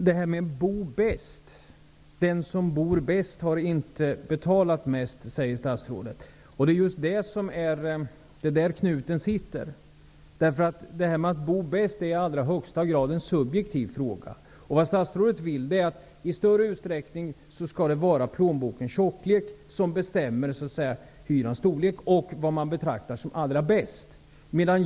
Fru talman! Den som bor bäst har inte betalat mest, säger statsrådet. Det är där knuten sitter. Detta med att bo bäst är i allra högsta grad en subjektiv fråga. Statsrådet vill att det i större utsträckning skall vara plånbokens tjocklek som bestämmer hyrans storlek och vad som betraktas som allra bäst.